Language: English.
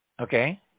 Okay